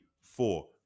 four